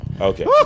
okay